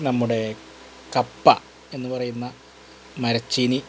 നമ്മുടെ കപ്പ എന്ന് പറയുന്ന മരച്ചീനി